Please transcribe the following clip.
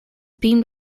beamed